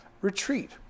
retreat